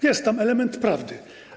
Jest tam element prawdy.